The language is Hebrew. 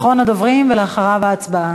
אחרון הדוברים, ואחריו הצבעה.